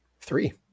three